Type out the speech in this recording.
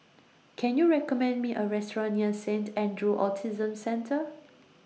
Can YOU recommend Me A Restaurant near Saint Andrew's Autism Centre